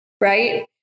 right